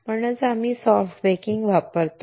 म्हणूनच आम्ही soft baking वापरतो